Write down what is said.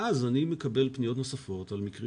מאז אני מקבל פניות נוספות על מקרים